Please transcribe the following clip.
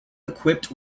equipped